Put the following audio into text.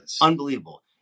unbelievable